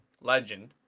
legend